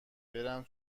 برم